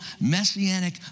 messianic